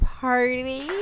party